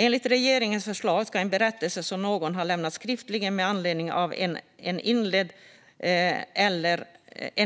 Enligt regeringens förslag ska en berättelse som någon har lämnat skriftligen med anledning av en